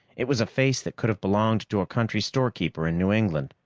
it was a face that could have belonged to a country storekeeper in new england,